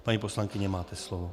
Paní poslankyně, máte slovo.